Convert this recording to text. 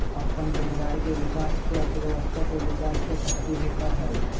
अप्पन रोजगार के विकास से अर्थव्यवस्था के विकास के शक्ती भेटहइ